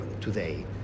today